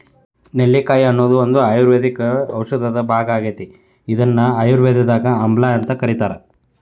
ನೆಲ್ಲಿಕಾಯಿ ಅನ್ನೋದು ಒಂದು ಆಯುರ್ವೇದ ಔಷಧದ ಭಾಗ ಆಗೇತಿ, ಇದನ್ನ ಆಯುರ್ವೇದದಾಗ ಆಮ್ಲಾಅಂತ ಕರೇತಾರ